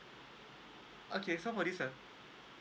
okay so for this ah